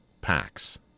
packs